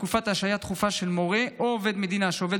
תקופת ההשעיה הדחופה של מורה או עובד מדינה שעובד